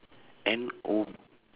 N O